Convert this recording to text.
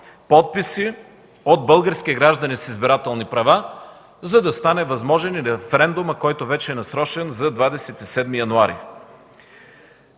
подписи от български граждани с избирателни права, за да стане възможен референдумът, който вече е насрочен за 27 януари.